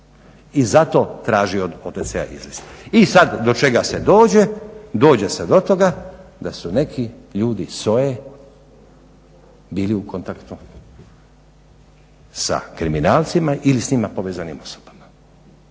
i zato traži od OTC-a izlist. I sad do čega se dođe? Dođe se do toga da su neki ljudi SOA-e bili u kontaktu sa kriminalcima ili s njima povezanim osobama.